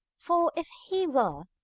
for, if he were,